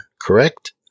correct